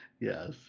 Yes